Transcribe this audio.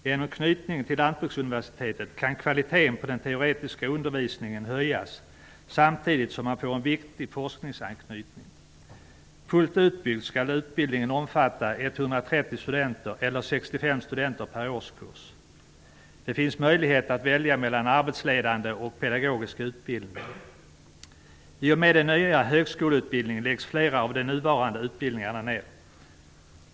Genom knytningen till Lantbruksuniversitetet kan kvaliteten på den teoretiska undervisningen höjas samtidigt som man får en viktig forskningsanknytning. Fullt utbyggd skall utbildningen omfatta 130 studenter eller 65 studenter per årskurs. Det finns möjlighet att välja mellan arbetsledande och pedagogisk utbildning. I och med den nya högskoleutbildningen läggs flera av de nuvarande utbildningarna ned.